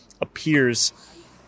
appears